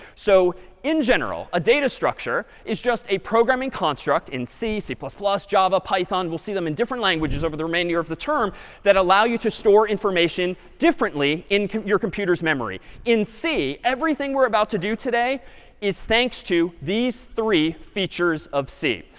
so in general, a data structure is just a programming construct in c, c, ah java, python we'll see them in different languages over the remainder of the term that allow you to store information differently in your computer's memory. in c, everything we're about to do today is thanks to these three features of c.